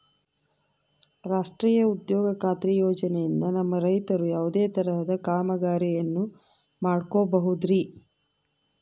ರಾಷ್ಟ್ರೇಯ ಉದ್ಯೋಗ ಖಾತ್ರಿ ಯೋಜನೆಯಿಂದ ನಮ್ಮ ರೈತರು ಯಾವುದೇ ತರಹದ ಕಾಮಗಾರಿಯನ್ನು ಮಾಡ್ಕೋಬಹುದ್ರಿ?